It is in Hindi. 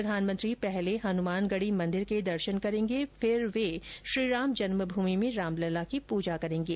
प्रधानमंत्री नरेन्द्र मोदी पहले हनुमानगढ़ी मंदिर के दर्शन करेंगे फिर वे श्रीराम जन्मभूमि में रामलला की पूजा करेंगे